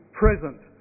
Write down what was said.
present